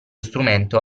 strumento